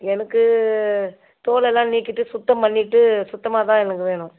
எனக்கு தோலெல்லாம் நீக்கிவிட்டு சுத்தம் பண்ணிவிட்டு சுத்தமாக தான் எனக்கு வேணும்